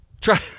Try